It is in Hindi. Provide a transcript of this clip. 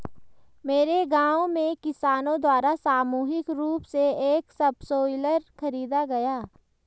मेरे गांव में किसानो द्वारा सामूहिक रूप से एक सबसॉइलर खरीदा गया